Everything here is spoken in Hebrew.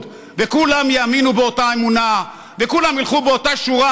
וכולם יאמינו באותה אמונה וכולם ילכו באותה שורה,